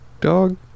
dog